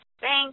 Thanks